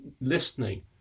listening